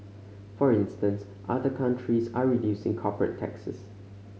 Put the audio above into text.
for instance other countries are reducing corporate taxes